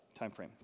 timeframe